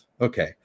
okay